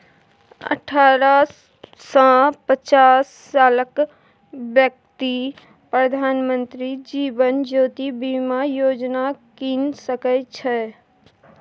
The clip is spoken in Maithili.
अठारह सँ पचास सालक बेकती प्रधानमंत्री जीबन ज्योती बीमा योजना कीन सकै छै